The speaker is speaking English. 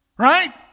right